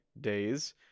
days